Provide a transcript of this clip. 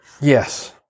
Yes